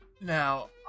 Now